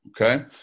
Okay